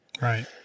right